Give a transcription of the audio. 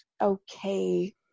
okay